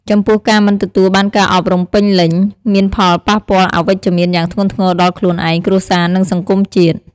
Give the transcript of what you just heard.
ចំពោះការមិនទទួលបានការអប់រំពេញលេញមានផលប៉ះពាល់អវិជ្ជមានយ៉ាងធ្ងន់ធ្ងរដល់ខ្លួនឯង គ្រួសារ និងសង្គមជាតិ។